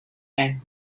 end